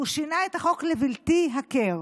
הוא שינה את החוק לבלתי הכר.